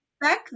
back